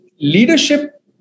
Leadership